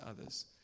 others